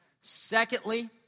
Secondly